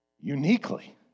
uniquely